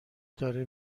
داره